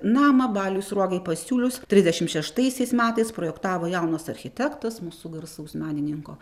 namą baliui sruogai pasiūlius tridešim šeštaisiais metais projektavo jaunas architektas mūsų garsaus menininko